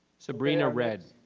sabrina rez.